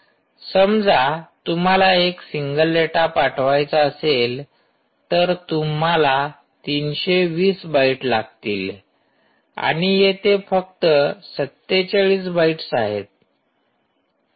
समजा तुम्हाला एक सिंगल डेटा पाठवायचा असेल तर तुम्हाला ३२० बाईट लागतील आणि येथे फक्त 47 बाईट्स आहेत